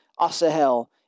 Asahel